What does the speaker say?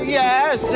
yes